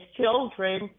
children